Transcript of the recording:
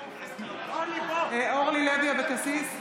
אורלי לוי אבקסיס,